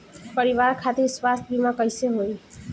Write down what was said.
परिवार खातिर स्वास्थ्य बीमा कैसे होई?